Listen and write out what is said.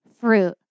fruit